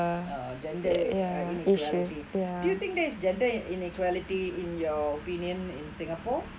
uh gender inequality do you think there is gender inequality in your opinion in singapore